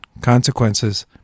consequences